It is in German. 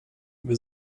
wir